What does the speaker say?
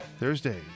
Thursday